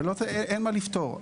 ואין מה לפטור.